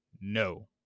No